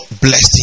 blessed